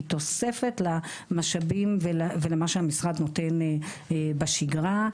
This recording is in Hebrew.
היא תוספת למשאבים ולמה שהמשרד נותן בשגרה.